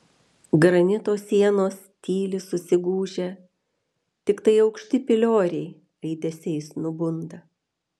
granito sienos tyli susigūžę tiktai aukšti pilioriai aidesiais nubunda